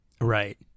Right